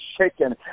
shaken